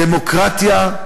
דמוקרטיה,